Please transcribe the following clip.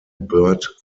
bird